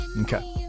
okay